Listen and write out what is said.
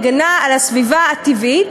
הגנה על הסביבה הטבעית,